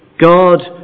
God